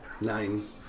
Nine